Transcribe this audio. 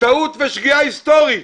טעות ושגיאה היסטורית.